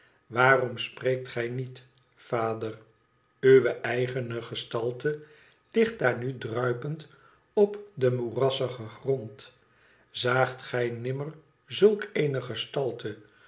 waarom spreekt gij niet vader uwe eigene gestalte hgt daar nu druipend op den moerassigen grond zaagt gij nimmer zulk eene gestalte